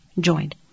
joined